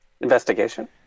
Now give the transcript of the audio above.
Investigation